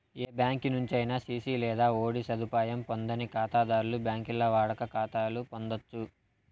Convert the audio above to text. ఏ బ్యాంకి నుంచైనా సిసి లేదా ఓడీ సదుపాయం పొందని కాతాధర్లు బాంకీల్ల వాడుక కాతాలు పొందచ్చు